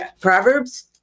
Proverbs